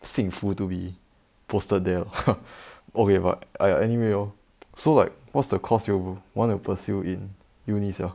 幸福 to be posted there lor okay but a~ anyway hor so like what's the course you will want to pursue in uni sia